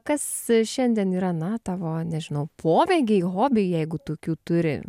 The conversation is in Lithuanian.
kas šiandien yra na tavo nežinau pomėgiai hobiai jeigu tokių turi